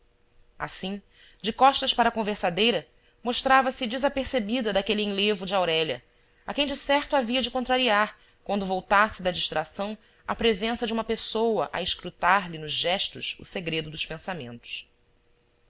assim de costas para a conversadeira mostrava-se desapercebida daquele enlevo de aurélia a quem de certo havia de contrariar quando voltasse da distração à presença de uma pessoa a escrutar lhe nos gestos o segredo dos pensamentos